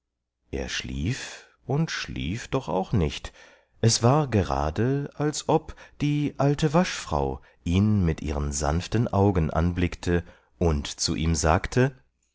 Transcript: er schlief und schlief doch auch nicht es war gerade als ob die alte waschfrau ihn mit ihren sanften augen anblickte und zu ihm sagte